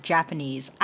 Japanese